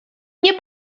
nie